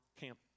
camp